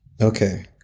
Okay